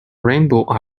rainbow